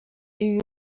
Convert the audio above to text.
ibi